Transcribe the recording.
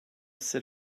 sit